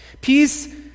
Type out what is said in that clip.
Peace